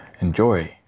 enjoy